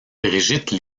brigitte